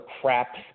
crap